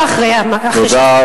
לא אחרי, תודה.